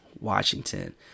Washington